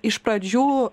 iš pradžių